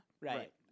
right